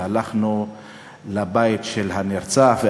והלכנו לבית של הנרצח,